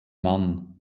mann